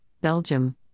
Belgium